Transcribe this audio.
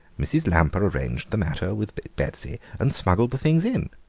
mrs. lamper arranged the matter with betsy and smuggled the things in.